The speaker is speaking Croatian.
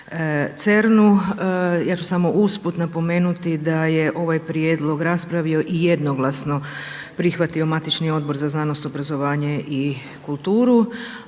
ja ću samo usput napomenuti da je ovaj prijedlog raspravio i jednoglasno prihvatio matični Odbor za znanost, obrazovanje i kulturu,